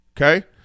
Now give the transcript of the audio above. Okay